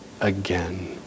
again